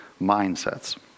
mindsets